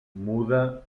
muda